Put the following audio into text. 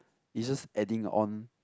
it's just adding on